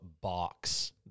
box